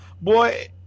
boy